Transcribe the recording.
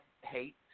hate